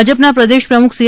ભાજપ ના પ્રદેશ પ્રમુખ સી